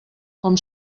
com